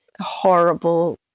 horrible